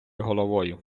головою